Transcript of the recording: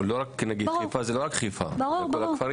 למשל, חיפה זה לא רק חיפה, אלא זה כל הכפרים.